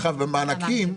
במענקים,